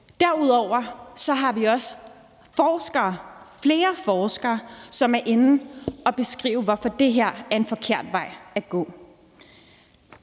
Derudover har vi også forskere, flere forskere, som er inde og beskrive, hvorfor det her er en forkert vej at gå.